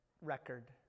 record